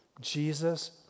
Jesus